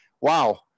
wow